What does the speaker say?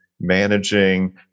managing